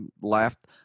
laughed